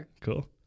Cool